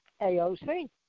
AOC